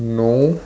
no